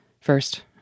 First